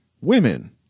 women